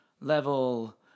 level